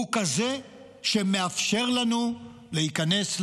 כזה שמאפשר לנו להיכנס,